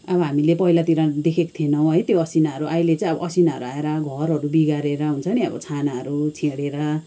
अब हामीले पहिलातिर देखेको थिएनौँ है त्यो असिनाहरू अहिले चाहिँ असिनाहरू आएर घरहरू बिगारेर हुन्छ नि अब छानाहरू छेडेर